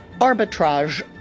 arbitrage